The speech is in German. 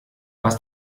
was